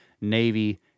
Navy